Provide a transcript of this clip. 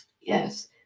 Yes